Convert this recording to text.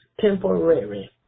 temporary